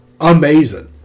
amazing